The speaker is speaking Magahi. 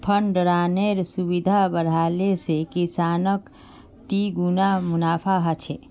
भण्डरानेर सुविधा बढ़ाले से किसानक तिगुना मुनाफा ह छे